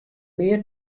mear